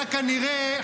אתה כנראה,